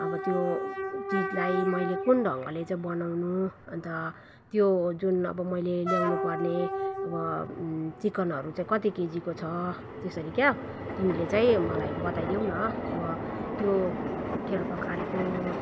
अब त्यो चिजलाई मैले कुन ढङ्गले चाहिँ बनाउनु अन्त त्यो जुन अब मैले ल्याउनुपर्ने अब चिकनहरू चाहिँ कति केजीको छ त्यसरी क्या हो तिमीले चाहिँ मलाई बताइदेऊ न अब त्यो अप्ठ्यारो प्रकारको